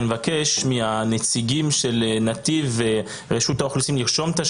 אני מבקש מהנציגים של נתיב ורשות האוכלוסין לרשום את השאלות.